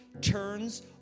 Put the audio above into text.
turns